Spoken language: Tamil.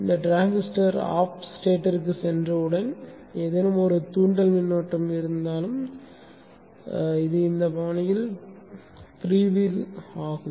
இந்த டிரான்சிஸ்டர் ஆஃப் ஸ்டேட்டிற்குச் சென்றவுடன் ஏதேனும் தூண்டல் மின்னோட்டம் இருந்தாலும் இது இந்த பாணியில் ஃப்ரீவீல் செய்யும்